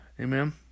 Amen